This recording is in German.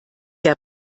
der